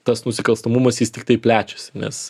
tas nusikalstamumas jis tiktai plečiasi nes